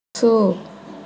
स